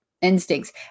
instincts